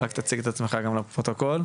רק תציג את עצמך גם לפרוטוקול.